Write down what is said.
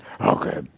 Okay